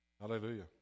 Hallelujah